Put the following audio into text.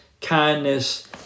kindness